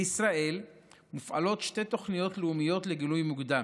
בישראל מופעלות שתי תוכניות לאומיות לגילוי מוקדם: